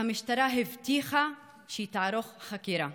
והמשטרה הבטיחה שהיא תערוך חקירה.